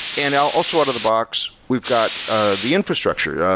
and also out-of-the-box, we've got ah the infrastructure, yeah